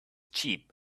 cheap